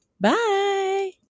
Bye